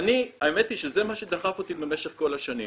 האמת היא שזה מה שדחף אותי במשך כל השנים.